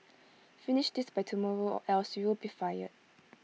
finish this by tomorrow or else you'll be fired